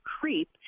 creep